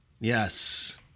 Yes